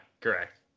correct